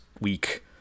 week